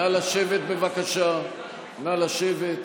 נא לשבת, בבקשה, נא לשבת.